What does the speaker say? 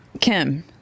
Kim